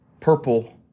purple